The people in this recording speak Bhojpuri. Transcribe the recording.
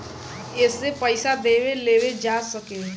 एसे पइसा देवे लेवे जा सके